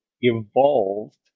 evolved